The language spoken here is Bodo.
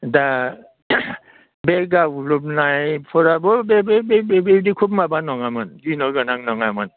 दा बे गाग्लोबनायफोराबो बे बेबायदि खोब माबा नङामोन गिनोगोनां नङामोन